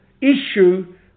issue